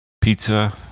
pizza